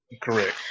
correct